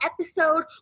episode